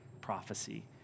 prophecy